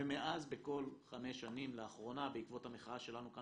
ומאז בכל חמש שנים לאחרונה בעקבות המחאה שלנו כאן